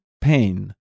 pain